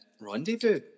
rendezvous